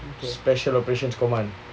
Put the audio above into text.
special operations command